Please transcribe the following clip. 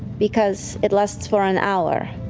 because it lasts for an hour.